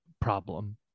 problem